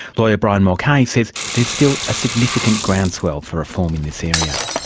lawyer brian mulcahy says there's still a significant groundswell for reform in this area.